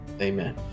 amen